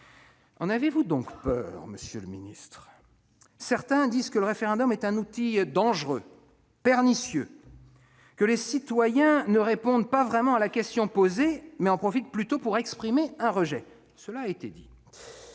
En avez-vous donc peur, monsieur le secrétaire d'État ? Certains disent que le référendum est un outil dangereux, pernicieux, que les citoyens ne répondent pas vraiment à la question posée, mais en profitent plutôt pour exprimer un rejet. Il fut un